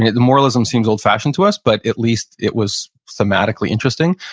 the moralism seems old-fashioned to us, but at least it was thematically interesting.